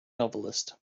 novelist